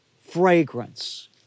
fragrance